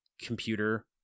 computer